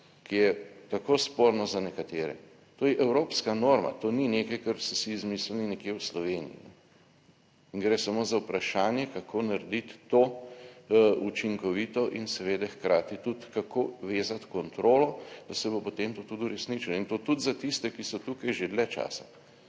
ki je tako sporno za nekatere, to je evropska norma, to ni nekaj, kar so si izmislili nekje v Sloveniji in gre samo za vprašanje, kako narediti to učinkovito in seveda hkrati tudi, kako vezati kontrolo, da se bo potem to tudi uresničilo in to tudi za tiste, ki so tukaj že dlje časa.